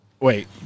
Wait